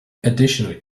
additionally